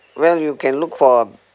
well you can look for a